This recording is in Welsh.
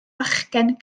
bachgen